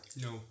No